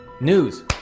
News